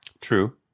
True